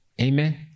amen